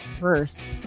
verse